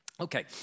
Okay